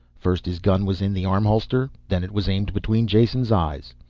first his gun was in the arm holster then it was aimed between jason's eyes.